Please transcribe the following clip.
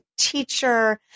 teacher